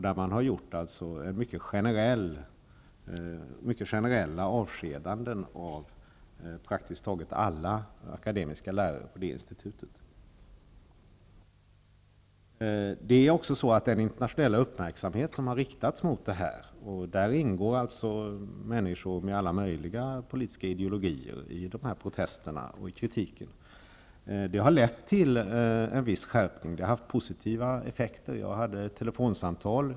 Det har förekommit mycket generella avskedanden av praktiskt taget alla akademiska lärare på det institutet. Vidare har den internationella uppmärksamhet som riktats mot dessa företeelser -- och det gäller då protester och kritik från människor med alla möjliga politiska ideologier -- lett till en viss skärpning. Uppmärksamheten har alltså fått positiva effekter.